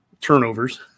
turnovers